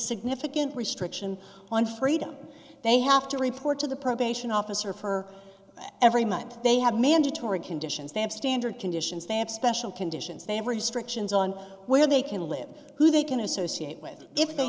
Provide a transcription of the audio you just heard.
significant restriction on freedom they have to report to the probation officer for every month they have mandatory conditions they have standard conditions they have special conditions they have restrictions on where they can live who they can associate with if they